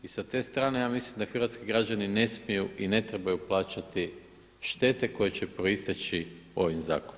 I sa te strane ja mislim da hrvatski građani ne smiju i ne trebaju plaćati štete koje će proisteći ovim zakonom.